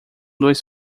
dois